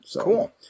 Cool